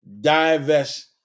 diverse